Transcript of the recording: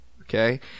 okay